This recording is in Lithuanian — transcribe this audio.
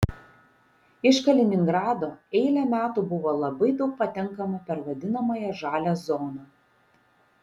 iš kaliningrado eilę metų buvo labai daug patenkama per vadinamąją žalią zoną